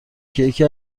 که، یکی